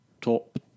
top